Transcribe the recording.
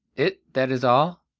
it that is all,